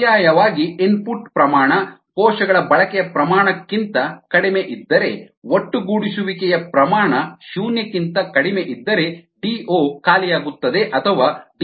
ಪರ್ಯಾಯವಾಗಿ ಇನ್ಪುಟ್ ಪ್ರಮಾಣ ಕೋಶಗಳ ಬಳಕೆಯ ಪ್ರಮಾಣ ಕ್ಕಿಂತ ಕಡಿಮೆಯಿದ್ದರೆ ಒಟ್ಟುಗೂಡಿಸುವಿಕೆಯ ಪ್ರಮಾಣ ಶೂನ್ಯಕ್ಕಿಂತ ಕಡಿಮೆಯಿದ್ದರೆ ಡಿಒ ಖಾಲಿಯಾಗುತ್ತದೆ ಅಥವಾ ಡಿಒ ಕಡಿಮೆಯಾಗುತ್ತದೆ